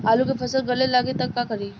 आलू के फ़सल गले लागी त का करी?